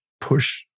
push